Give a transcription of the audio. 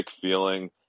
feeling